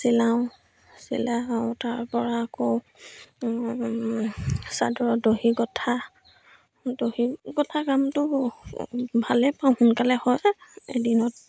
চিলাওঁ চিলাওঁ তাৰ পৰা আকৌ চাদৰৰ দহি গঠা দহি গঠা কামটো ভালেই পাওঁ সোনকালে হয় এদিনত